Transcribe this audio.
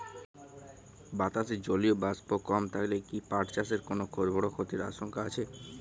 বাতাসে জলীয় বাষ্প কম থাকলে কি পাট চাষে কোনো বড় ক্ষতির আশঙ্কা আছে?